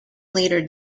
later